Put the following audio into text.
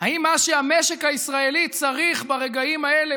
האם מה שהמשק הישראלי צריך ברגעים האלה,